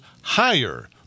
higher